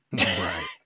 Right